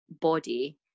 body